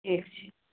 ठीक छै